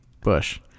Bush